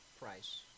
price